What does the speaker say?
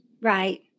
Right